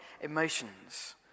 emotions